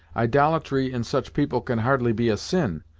idolatry in such people can hardly be a sin,